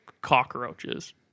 cockroaches